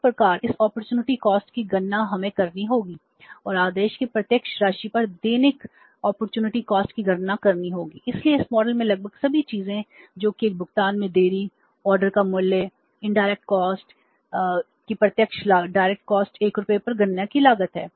इस प्रकार उस अपॉर्चुनिटी कॉस्ट है